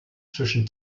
zwischen